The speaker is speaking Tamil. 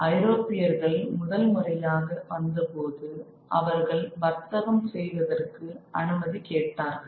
ஐரோப்பியர்கள் முதல் முறையாக வந்தபோது அவர்கள் வர்த்தகம் செய்வதற்கு அனுமதி கேட்டார்கள்